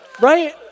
Right